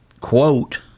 quote